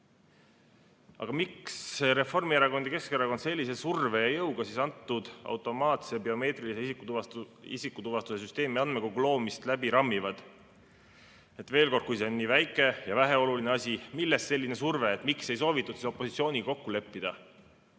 Aga miks Reformierakond ja Keskerakond siis sellise surve ja jõuga antud automaatse ja biomeetrilise isikutuvastussüsteemi andmekogu loomist läbi rammivad? Veel kord: kui see on nii väike ja väheoluline asi, millest selline surve? Miks ei soovitud siis opositsiooniga kokku leppida?